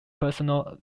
personal